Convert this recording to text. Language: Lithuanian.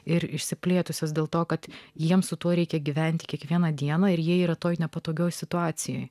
ir išsiplėtusios dėl to kad jiems su tuo reikia gyventi kiekvieną dieną ir jie yra toje nepatogioje situacijoje